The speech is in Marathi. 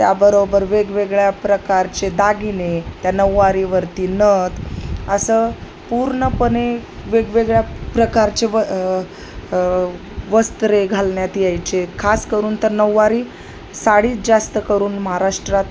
त्याबरोबर वेगवेगळ्या प्रकारचे दागिने त्या नऊवारीवरती नथ असं पूर्णपणे वेगवेगळ्या प्रकारचे व वस्त्रे घालण्यात यायचे खास करून तर नऊवारी साडीत जास्त करून महाराष्ट्रात